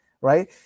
right